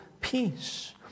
peace